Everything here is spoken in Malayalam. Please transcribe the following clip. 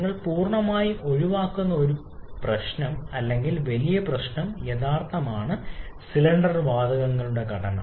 നിങ്ങൾ പൂർണ്ണമായും ഒഴിവാക്കുന്ന ഒരു വലിയ പ്രശ്നം അല്ലെങ്കിൽ വലിയ പ്രശ്നം യഥാർത്ഥമാണ് സിലിണ്ടർ വാതകങ്ങളുടെ ഘടന